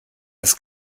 das